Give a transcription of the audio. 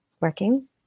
working